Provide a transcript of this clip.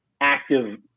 active